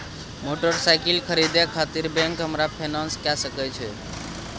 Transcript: Motorcycle खरीदे खातिर bank हमरा फिनांस कय सके छै?